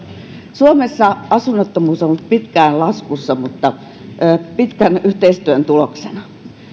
suomessa asunnottomuus on ollut pitkään laskussa pitkän yhteistyön tuloksena